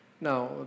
Now